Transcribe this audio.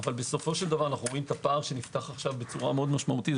אבל בסופו של דבר רואים את הפער שנפתח בצורה מאוד משמעותי.